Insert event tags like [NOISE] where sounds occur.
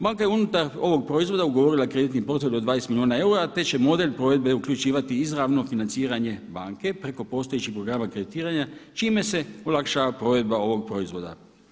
Banka je unutar ovog proizvoda ugovorila kreditni … [UNINTELLIGIBLE] od 20 milijuna eura, te će model provedbe uključivati izravno financiranje banke preko postojećih programa kreditiranja čime se olakšava provedba ovog proizvoda.